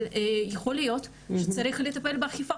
אבל יכול להיות שצריך לטפל באכיפה.